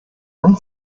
und